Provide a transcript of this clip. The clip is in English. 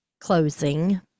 closing